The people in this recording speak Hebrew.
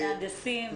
מהנדסים,